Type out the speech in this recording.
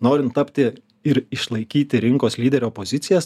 norint tapti ir išlaikyti rinkos lyderio pozicijas